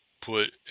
put